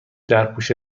درپوش